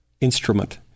instrument